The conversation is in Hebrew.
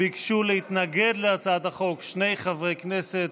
ביקשו להתנגד להצעת החוק שני חברי כנסת.